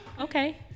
Okay